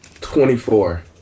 Twenty-four